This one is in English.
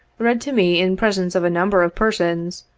read to me in presence of a number of persons,